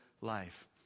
life